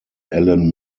alan